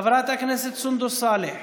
חברת הכנסת סונדוס סאלח,